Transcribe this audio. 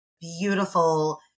beautiful